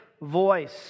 voice